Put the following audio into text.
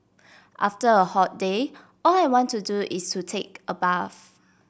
after a hot day all I want to do is to take a bath